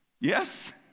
Yes